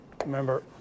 Remember